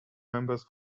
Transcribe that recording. members